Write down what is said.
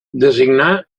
designar